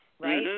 right